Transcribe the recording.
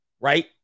right